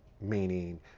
meaning